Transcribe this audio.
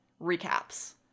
recaps